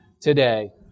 today